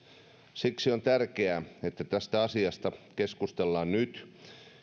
siksi on tärkeää että tästä asiasta keskustellaan nyt